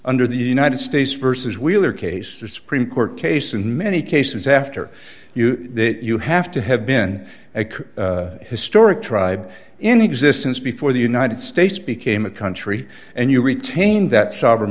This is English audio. under the united states versus wheeler case the supreme court case in many cases after you that you have to have been a historic tribe in existence before the united states became a country and you retain that sovereign